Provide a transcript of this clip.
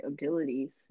abilities